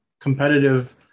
competitive